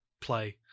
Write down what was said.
play